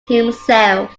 himself